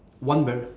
one very